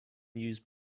use